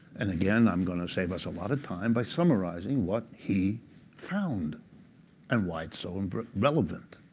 and again, i'm going to save us a lot of time by summarizing what he found and why it's so and relevant.